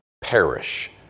perish